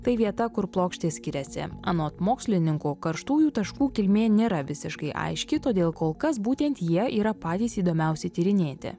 tai vieta kur plokštės skiriasi anot mokslininkų karštųjų taškų kilmė nėra visiškai aiški todėl kol kas būtent jie yra patys įdomiausi tyrinėti